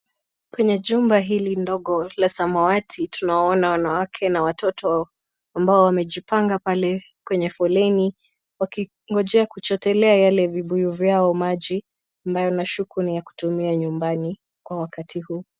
Kwenye jumba hili dogo la samawati, tunawaona wanawake na watoto ambao wamejipanga pale kwenye foleni, wakingojea kuchotelea yale vibuyu vyao maji. Ambayo nashuku ni ya kutumia nyumbani kwa wakati huu.